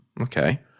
okay